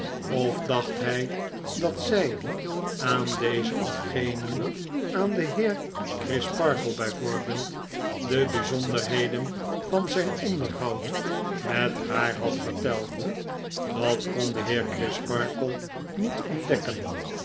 of dacht hjj dat zy aan dezen of genen aan den heer crisparkle bij voorbeeld de bijzonderheden van zyn onderhoud met haar had verteld dat kon de heer crisparkle niet ontdekken